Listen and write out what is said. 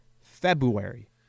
February